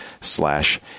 slash